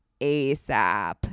ASAP